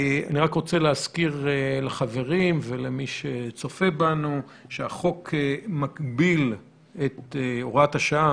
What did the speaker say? אני רק רוצה להזכיר לחברים ולמי שצופה בנו שהחוק מגביל את הוראת השעה,